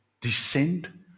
descend